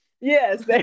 yes